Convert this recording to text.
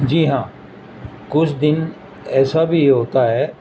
جی ہاں کچھ دن ایسا بھی ہوتا ہے